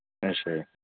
ਅੱਛਾ ਜੀ